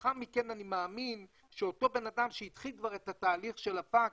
ולאחר מכן אני מאמין שאותו בן אדם שהתחיל כבר את התהליך של הפקס,